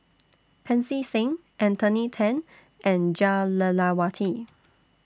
Pancy Seng Anthony Then and Jah Lelawati